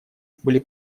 были